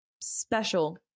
special